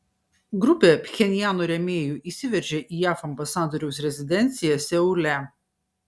grupė pchenjano rėmėjų įsiveržė į jav ambasadoriaus rezidenciją seule